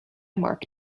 mark